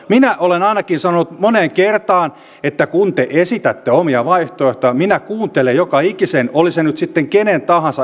minä olen ainakin sanonut moneen kertaan että kun te esitätte omia vaihtoehtojanne minä kuuntelen joka ikisen oli se nyt sitten kenen tahansa esittämä